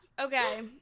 Okay